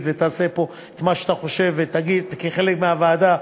ותעשה פה את מה שאתה חושב כחלק מהוועדה,